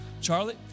Charlie